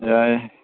ꯌꯥꯏ